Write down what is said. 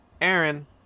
aaron